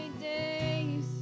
days